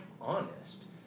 honest